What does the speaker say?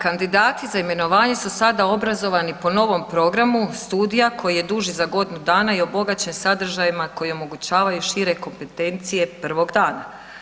Kandidati za imenovanje su sada obrazovani po novom programu studija koji je duži za godinu dana i obogaćen sadržajima koji omogućavaju šire kompetencije prvog dana.